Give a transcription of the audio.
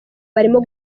barimo